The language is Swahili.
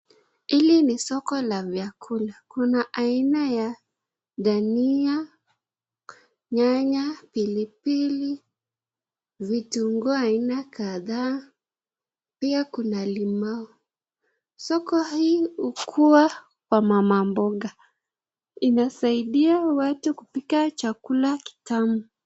Hili ni soko la vyakula Kuna aina ya tania, nyanya , pilipili, vitunguu aina kadhaa pia Kuna limao, soko hii hukuwa Kwa mama mboga inasadia watu kupika chakula kitamu.